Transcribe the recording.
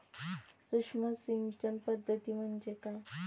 सूक्ष्म सिंचन पद्धती म्हणजे काय?